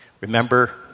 Remember